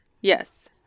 Yes